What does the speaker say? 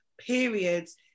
periods